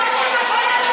הוא זה שמגן על